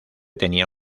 tenía